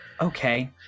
Okay